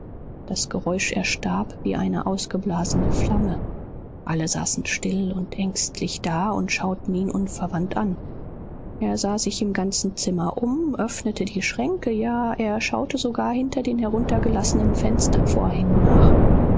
das geräusch erstarb wie eine ausgeblasene flamme alle saßen still und ängstlich da und schauten ihn unverwandt an er sah sich im ganzen zimmer um öffnete die schränke ja er schaute sogar hinter den heruntergelassenen fenstervorhängen nach